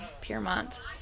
Piermont